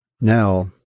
Now